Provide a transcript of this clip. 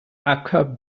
acker